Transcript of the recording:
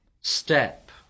step